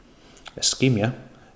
ischemia